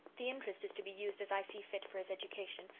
the interest is to be used as i see fit for his education,